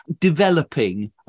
developing